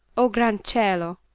o gran' cielo!